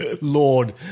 lord